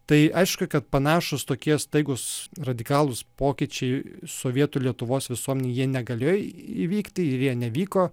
tai aišku kad panašūs tokie staigūs radikalūs pokyčiai sovietų lietuvos visuomenėj jie negalėjo įvykti ir jie nevyko